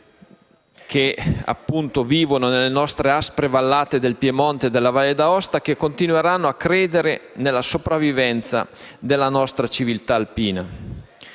che vivono nelle nostre aspre vallate del Piemonte e della Valle d'Aosta, continuando a credere nella sopravvivenza della nostra civiltà alpina.